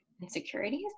insecurities